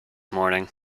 morning